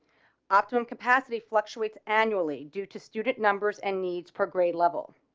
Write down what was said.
optimum capacity fluctuates annually due to student numbers and needs per grade level.